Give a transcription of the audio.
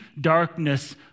darkness